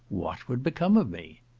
what would become of me?